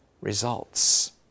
results